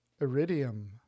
Iridium